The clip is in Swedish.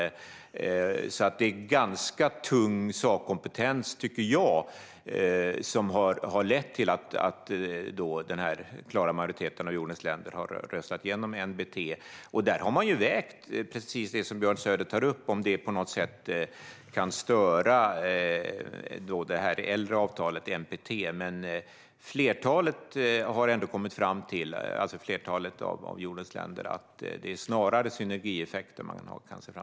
Jag tycker alltså att det är ganska tung sakkompetens som har lett till att denna klara majoritet av jordens länder har röstat igenom NBT. Man har vägt precis det som Björn Söder tar upp - om det på något sätt kan störa det äldre avtalet NPT. Flertalet av jordens länder har kommit fram till att man snarare kan se fram emot synergieffekter.